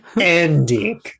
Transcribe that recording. ending